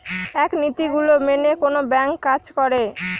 এক নীতি গুলো মেনে কোনো ব্যাঙ্ক কাজ করে